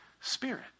spirit